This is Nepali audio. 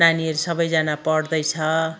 नानीहरू सबैजना पढ्दैछ